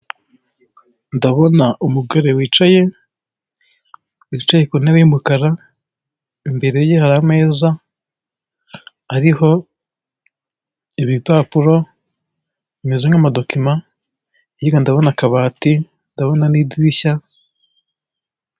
Ndabona umugore wicaye, wicaye ku ntebe y'umukara, imbere ye hari ameza ariho ibipapuro bimeze nk'amadokima, hirya ndabona akabati, ndabona n'idirishya.